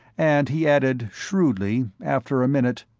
and he added, shrewdly, after a minute,